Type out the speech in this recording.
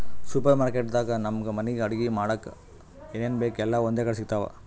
super market ದಾಗ್ ನಮ್ಗ್ ಮನಿಗ್ ಅಡಗಿ ಮಾಡಕ್ಕ್ ಏನೇನ್ ಬೇಕ್ ಎಲ್ಲಾ ಒಂದೇ ಕಡಿ ಸಿಗ್ತಾವ್